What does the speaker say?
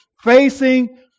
facing